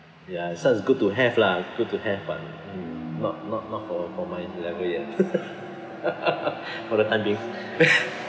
ya it sounds good to have lah good to have but hmm not not not for for my level yet for the time being